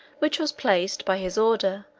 which was placed, by his order,